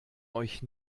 euch